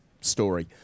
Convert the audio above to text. story